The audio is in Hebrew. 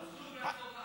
הזכות והחובה.